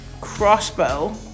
crossbow